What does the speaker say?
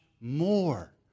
more